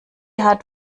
hat